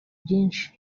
byinshi